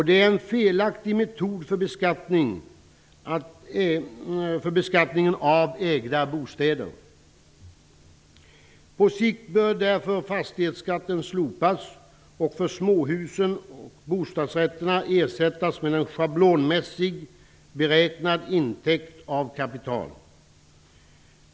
Det är en felaktig metod för beskattningen av ägda bostäder. På sikt bör därför fastighetsskatten slopas och för småhusen och bostadsrätterna ersättas med en schablonmässigt beräknad intäkt av kapital.